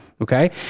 okay